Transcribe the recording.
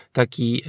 taki